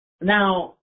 Now